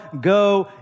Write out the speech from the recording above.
Go